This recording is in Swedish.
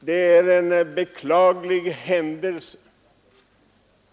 Detta är en beklaglig händelse.